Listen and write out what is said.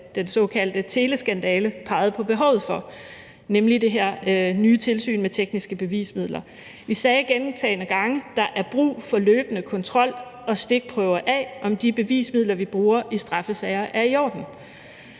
den såkaldte teleskandale pegede på behovet for, nemlig det her nye tilsyn med tekniske bevismidler. Vi sagde gentagne gange, at der er brug for løbende kontrol og stikprøver af, om de bevismidler, vi bruger i straffesager, er i orden.